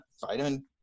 vitamin